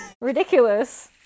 ridiculous